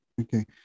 Okay